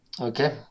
Okay